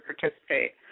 participate